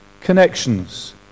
connections